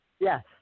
Yes